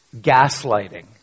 Gaslighting